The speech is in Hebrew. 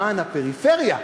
למען הפריפריה,